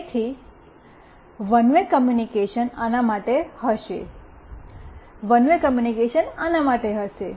તેથીવન way communication આના માટે આ હશે વન વે કૉમ્યુનિકેશન આના માટે આ હશે